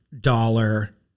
dollar